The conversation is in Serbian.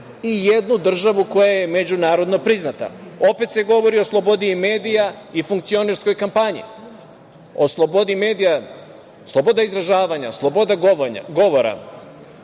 i jednu državu koja je međunarodno priznata. Opet se govori o slobodi medija i funkcionerskoj kampanji. O slobodi medija, sloboda izražava, sloboda govora